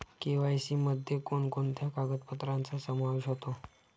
KYC मध्ये कोणकोणत्या कागदपत्रांचा समावेश होतो?